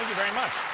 very much.